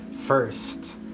first